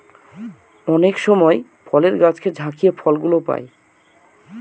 অনেক সময় ফলের গাছকে ঝাকিয়ে ফল গুলো পাই